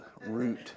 root